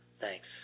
Thanks